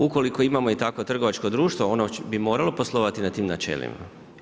Ukoliko imamo i takvo trgovačko društvo, ono bi moralo poslovati na tim načelima.